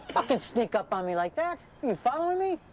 fuckin' sneak up on me like that. you followin' me?